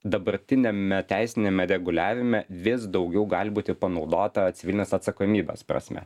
dabartiniame teisiniame reguliavime vis daugiau gali būti panaudota civilinės atsakomybės prasme